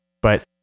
but-